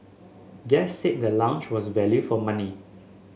guests said the lounge was value for money